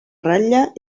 ratlla